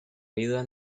vida